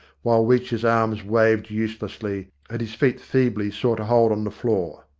while weech's arms waved uselessly, and his feet feebly sought a hold on the floor.